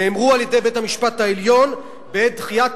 נאמרו על-ידי בית-המשפט העליון בעת דחיית